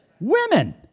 women